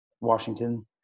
Washington